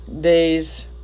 days